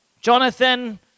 Jonathan